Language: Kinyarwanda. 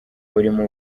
urimo